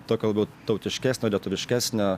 tokio labiau tautiškesnio lietuviškesnio